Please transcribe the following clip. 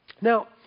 Now